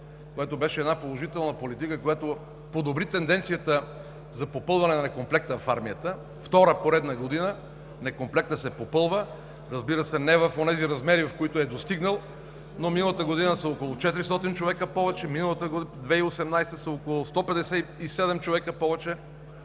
което беше положителна политика, която подобри тенденцията за попълване на некомплекта в армията, второ поредна година некомплектът се попълва, разбира се, не в онези размери, които е достигнал, но миналата година са около 400 човека повече, 2018 г. са около 157 човека повече